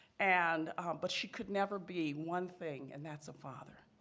and but she could never be one thing, and that's a father.